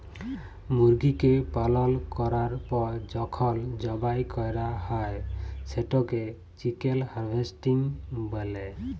মুরগিকে পালল ক্যরার পর যখল জবাই ক্যরা হ্যয় সেটকে চিকেল হার্ভেস্টিং ব্যলে